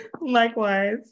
Likewise